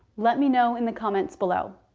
let me know in the comments below.